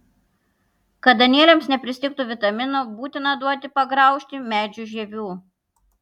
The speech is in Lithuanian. kad danieliams nepristigtų vitaminų būtina duoti pagraužti medžių žievių